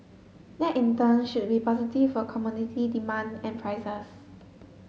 that in turn should be positive for commodity demand and prices